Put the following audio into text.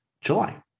July